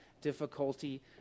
difficulty